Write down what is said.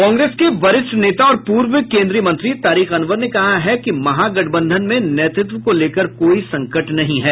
कांग्रेस के वरिष्ठ नेता और पूर्व केंद्रीय मंत्री तारिक अनवर ने कहा है कि महागठबंधन में नेतृत्व को लेकर कोई संकट नहीं है